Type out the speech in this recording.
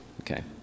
okay